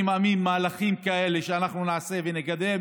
אני מאמין שמהלכים כאלו שאנחנו נעשה ונקדם